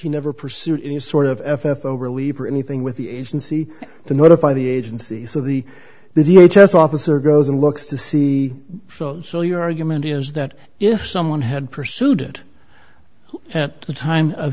he never pursued any sort of f i f o relieve or anything with the agency to notify the agency so the the h s officer goes and looks to see so your argument is that if someone had pursued it at the time of